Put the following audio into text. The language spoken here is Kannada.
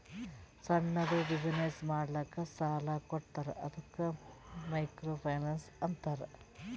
ಸಣ್ಣುದ್ ಬಿಸಿನ್ನೆಸ್ ಮಾಡ್ಲಕ್ ಸಾಲಾ ಕೊಡ್ತಾರ ಅದ್ದುಕ ಮೈಕ್ರೋ ಫೈನಾನ್ಸ್ ಅಂತಾರ